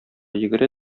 йөгерә